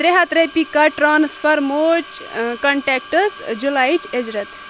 ترٛےٚ ہتھ رۄپیہِ کَر ٹرانسفر موج کنٹیکٹَس جُلایٕچ اُجرت